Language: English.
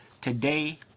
today